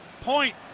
Point